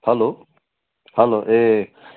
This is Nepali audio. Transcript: hello hello A